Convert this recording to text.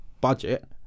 budget